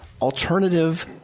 alternative